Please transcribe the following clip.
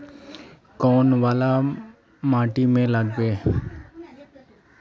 कौन वाला माटी में लागबे?